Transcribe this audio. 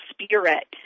spirit